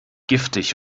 giftig